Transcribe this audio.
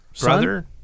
brother